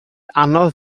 anodd